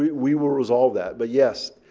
we will resolve that, but yes,